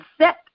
set